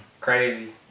Crazy